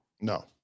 No